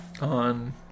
on